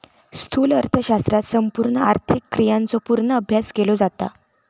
स्थूल अर्थशास्त्रात संपूर्ण आर्थिक क्रियांचो पूर्ण अभ्यास केलो जाता